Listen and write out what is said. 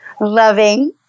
loving